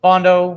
Bondo